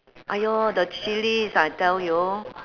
!aiyo! the chillies I tell you